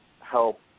help